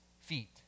feet